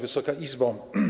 Wysoka Izbo!